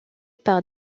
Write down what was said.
par